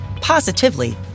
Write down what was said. positively